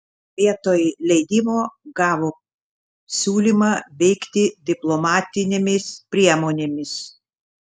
vietoj leidimo gavo siūlymą veikti diplomatinėmis priemonėmis